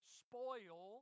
spoil